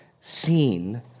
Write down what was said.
seen